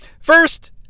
First